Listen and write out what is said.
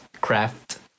craft